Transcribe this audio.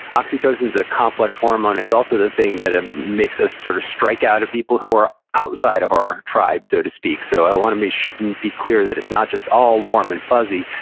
oxytocin is a complex hormone, it's also the thing that ah makes us sort of strikeout of people who are outside of our tribe, so to speak. so, i want to be be clear that it's not just all warm and fuzzy,